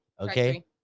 okay